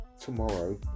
tomorrow